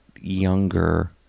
younger